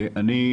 אני,